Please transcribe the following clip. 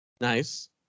Nice